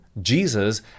Jesus